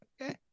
Okay